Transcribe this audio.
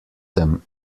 them